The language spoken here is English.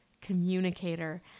communicator